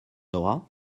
auras